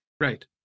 right